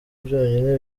byonyine